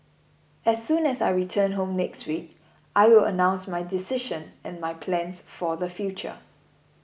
as soon as I return home next week I will announce my decision and my plans for the future